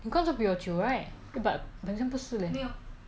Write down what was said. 你工作比我久 right but 很像不是 leh